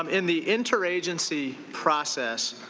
um in the interagency process,